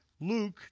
Luke